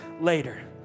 later